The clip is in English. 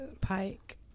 Pike